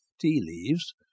tea-leaves